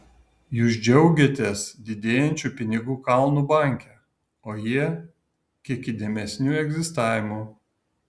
jūs džiaugiatės didėjančiu pinigų kalnu banke o jie kiek įdomesniu egzistavimu